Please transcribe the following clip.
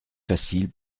facile